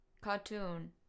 Cartoon